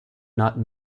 not